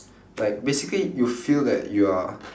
like basically you feel that you are